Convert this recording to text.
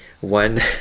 one